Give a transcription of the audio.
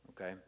Okay